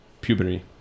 puberty